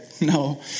No